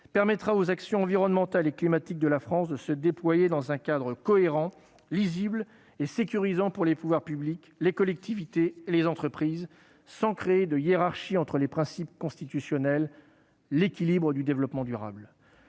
permettra aux actions environnementales et climatiques de la France de se déployer dans un cadre cohérent, lisible et sécurisant pour les pouvoirs publics, les collectivités et les entreprises, sans créer de hiérarchie entre les principes constitutionnels. Il s'agit d'assurer l'équilibre du développement durable.